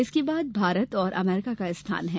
इसके बाद भारत और अमरीका का स्थान है